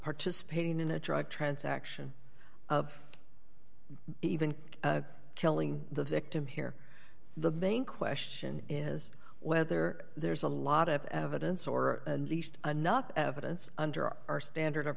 participating in a drug transaction of even killing the victim here the bain question is whether there's a lot of evidence or at least enough evidence under our standard of